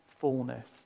fullness